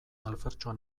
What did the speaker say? alfertxoa